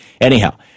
Anyhow